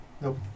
Nope